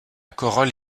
corolle